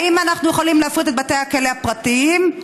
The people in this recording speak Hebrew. האם אנחנו יכולים להפריט את בתי הכלא, לפרטיים?